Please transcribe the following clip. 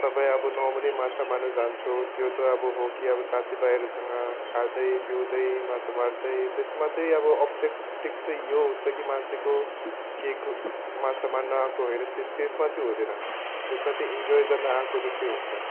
तपाईँ अब नर्मली माछा मार्नु जान्छु त्यो त अब हो कि अब साथी भाइहरूसँग खाँदै पिउँदै माछा मार्दै त्यसमा चाहिँ अब अब्जेक्टिभ चाहिँ यो हुन्छ कि मान्छेको कि माछ मार्नु आएको होइन त्यसमा चाहिँ हुँदैन त्यसमा चाहिँ इन्जोइ गर्न आएको जस्तै हुन्छ